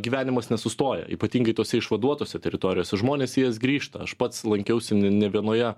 gyvenimas nesustoja ypatingai tose išvaduotose teritorijose žmonės į jas grįžta aš pats lankiausi ne ne vienoje